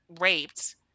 raped